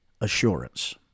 assurance